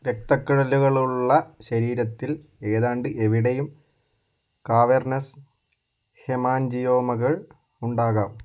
രക്തക്കുഴലുകളുള്ള ശരീരത്തിൽ ഏതാണ്ട് എവിടെയും കാവേർനസ് ഹെമാൻജിയോമകൾ ഉണ്ടാകാം